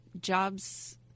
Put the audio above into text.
Jobs